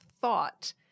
thought